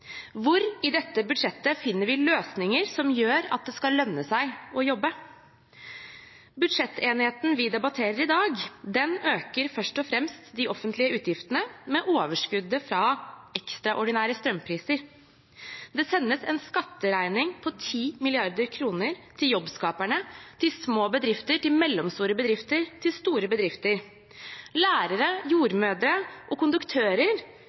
Hvor i dette budsjettet finner vi løsninger som gjør at det skal lønne seg å jobbe? Budsjettenigheten vi debatterer i dag, øker først og fremst de offentlige utgiftene med overskuddet fra ekstraordinære strømpriser. Det sendes en skatteregning på 10 mrd. kr til jobbskaperne, til små og mellomstore bedrifter og til store bedrifter. Lærere, jordmødre og konduktører